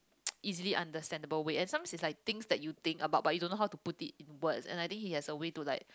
easily understandable way and sometimes it's like things that you think about but you don't know how to put it in words and I think he has a way to like